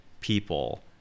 people